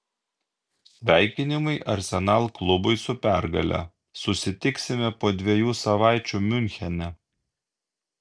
sveikinimai arsenal klubui su pergale susitiksime po dviejų savaičių miunchene